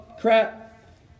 Crap